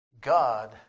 God